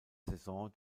saison